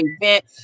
event